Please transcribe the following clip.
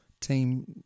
team